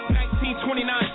1929